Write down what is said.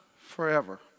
forever